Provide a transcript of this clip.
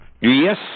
yes